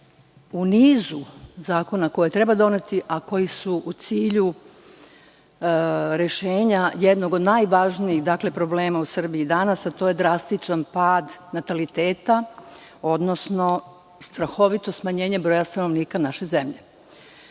u nizu zakona koje treba doneti, a koji su u cilju rešenja jednog od najvažnijih problema u Srbiji danas, a to je drastičan pad nataliteta, odnosno strahovito smanjenje broja stanovnika naše zemlje. Mislim